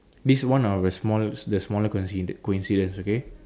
this one of the small the smaller coinci~ coincidence okay